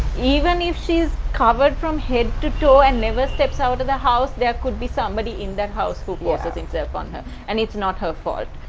even if she's covered from head to toe and never steps out of the house, there could be somebody in that house who forces himself on her and it's not her fault.